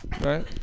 right